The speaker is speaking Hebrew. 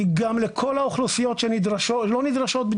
היא גם לכל האוכלוסיות שלא נדרשות,